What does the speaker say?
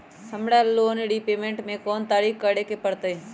हमरा loan repayment कोन तारीख के करे के परतई?